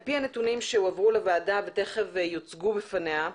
על פי הנתונים שהועברו לוועדה ותיכף יוצגו בפניה,